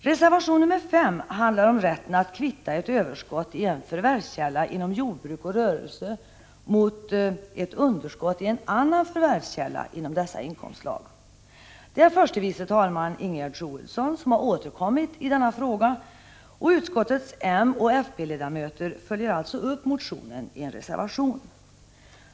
Reservation nr 5 handlar om rätten att kvitta ett överskott i en förvärvskälla inom jordbruk och rörelse mot ett underskott i en annan förvärvskälla inom dessa inkomstslag. Det är förste vice talman Ingegerd Troedsson m.fl. som återkommit i denna fråga, och utskottets moch fp-ledamöter följer alltså upp motionen i en reservation.